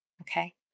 okay